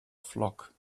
flock